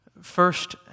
First